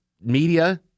media